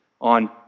on